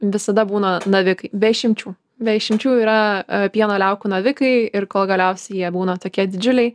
visada būna navikai be išimčių be išimčių yra pieno liaukų navikai ir kol galiausiai jie būna tokie didžiuliai